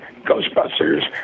Ghostbusters